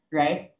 right